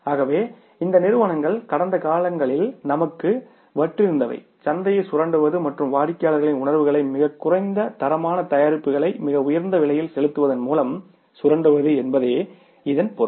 ஆகவே இந்த நிறுவனங்கள் கடந்த காலங்களில் நமக்கு வற்றிருந்தவை சந்தையை சுரண்டுவது மற்றும் வாடிக்கையாளர்களின் உணர்வுகளை மிகக்குறைந்த தரமான தயாரிப்புகளை மிக உயர்ந்த விலையில் செலுத்துவதன் மூலம் சுரண்டுவது என்பதே இதன் பொருள்